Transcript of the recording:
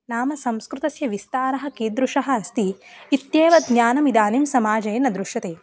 नाम संस्कृतस्य विस्तारः कीद्दृशः अस्ति इत्येव ज्ञानमिदानीं समाजे न दृश्यते